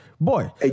Boy